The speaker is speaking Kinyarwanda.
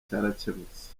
cyarakemutse